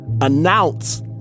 Announce